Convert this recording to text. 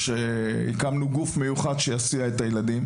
הקמנו גוף מיוחד שיסיע את הילדים.